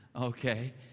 Okay